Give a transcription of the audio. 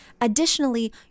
additionally